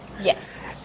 Yes